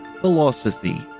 Philosophy